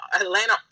Atlanta